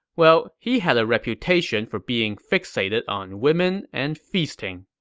well, he had a reputation for being fixated on women and feasting.